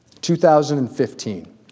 2015